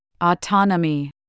Autonomy